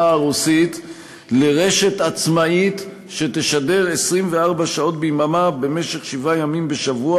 הרוסית לרשת עצמאית שתשדר 24 שעות ביממה במשך שבעה ימים בשבוע,